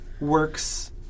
works